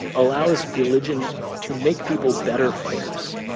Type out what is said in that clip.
allows religion to make people better fighters.